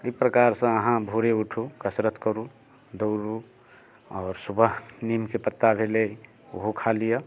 अइ प्रकारसँ अहाँ भोरे उठू कसरत करू दौड़ू आओर सुबह नीमके पत्ता भेलै ओहो खा लिअ